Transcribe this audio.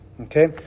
okay